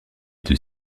deux